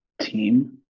team